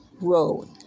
road